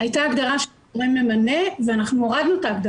הייתה הגדרה של "גורם ממנה" ואנחנו הורדנו אותה כי